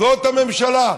זאת הממשלה,